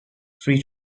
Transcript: free